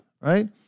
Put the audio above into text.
Right